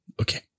Okay